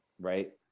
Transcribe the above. Right